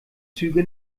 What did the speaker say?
züge